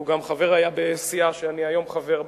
הוא גם היה חבר בסיעה שאני היום חבר בה,